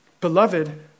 beloved